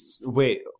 Wait